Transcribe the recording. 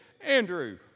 Andrew